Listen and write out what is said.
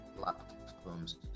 platforms